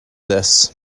this